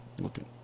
looking